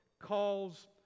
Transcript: calls